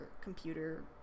computer